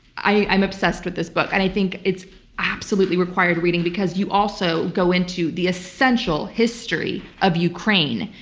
i am obsessed with this book and i think it's absolutely required reading because you also go into the essential history of ukraine,